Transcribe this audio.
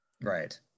right